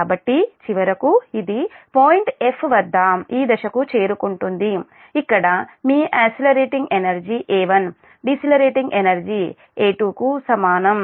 కాబట్టి చివరకు ఇది పాయింట్ 'F' వద్ద ఈ దశకు చేరుకుంటుంది ఇక్కడ మీ accelerating energy A1 decelerating energy A2 కు సమానం